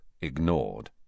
ignored